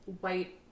white